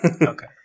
Okay